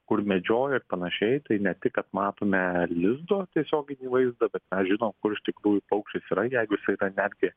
kur medžioja ir panašiai tai ne tik kad matome lizdo tiesioginį vaizdą bet mes žinom kur iš tikrųjų paukštis yra jeigu jisai yra netgi